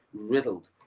riddled